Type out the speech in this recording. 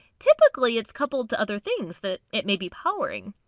typically it's coupled to other things that it may be powering.